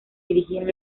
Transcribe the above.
dirigían